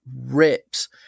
rips